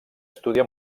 estudià